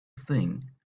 thing